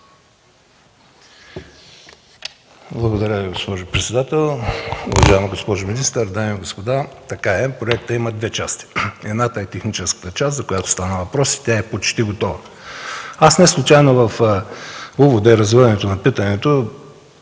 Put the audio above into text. Благодаря Ви, госпожо председател. Уважаема госпожо министър, дами и господа! Така е, проектът има две части. Едната е техническата част, за която стана въпрос, тя е почти готова. Неслучайно в увода и развиването на питането